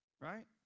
Right